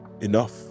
enough